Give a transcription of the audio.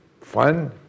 fun